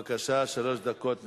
בבקשה, שלוש דקות לרשותך.